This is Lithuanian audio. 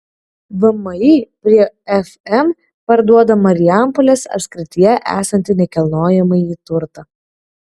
vmi prie fm parduoda marijampolės apskrityje esantį nekilnojamąjį turtą